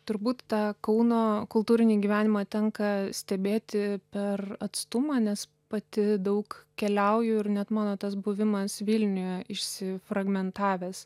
turbūt tą kauno kultūrinį gyvenimą tenka stebėti per atstumą nes pati daug keliauju ir net mano tas buvimas vilniuje išsifragmentavęs